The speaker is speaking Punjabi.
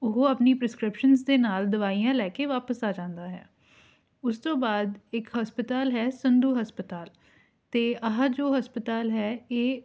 ਉਹ ਆਪਣੀ ਪ੍ਰਸਕ੍ਰਿਪਸ਼ਨਸ ਦੇ ਨਾਲ ਦਵਾਈਆਂ ਲੈ ਕੇ ਵਾਪਸ ਆ ਜਾਂਦਾ ਹੈ ਉਸ ਤੋਂ ਬਾਅਦ ਇੱਕ ਹਸਪਤਾਲ ਹੈ ਸੰਧੂ ਹਸਪਤਾਲ ਅਤੇ ਆਹ ਜੋ ਹਸਪਤਾਲ ਹੈ ਇਹ